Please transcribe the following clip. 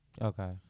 okay